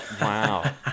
Wow